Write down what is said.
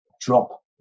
drop